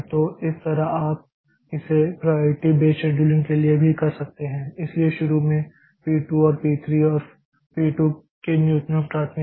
तो इस तरह आप इसे प्राइयारिटी बेस्ड शेड्यूलिंग के लिए भी कर सकते हैं इसलिए शुरू में पी 2 और पी 3 और पी 2 की न्यूनतम प्राथमिकता है